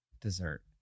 dessert